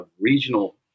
regional